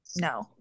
no